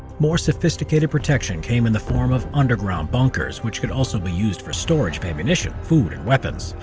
more sophisticated protection came in the form of underground bunkers. which could also be used for storage of ammunition, food, and weapons,